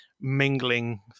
mingling